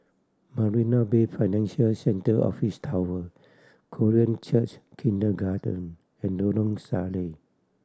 Marina Bay Financial Centre Office Tower Korean Church Kindergarten and Lorong Salleh